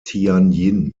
tianjin